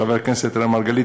חבר הכנסת אראל מרגלית,